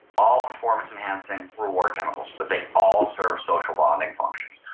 all performance enhancing reward chemicals. but they all serve social bonding functions.